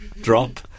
drop